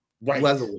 right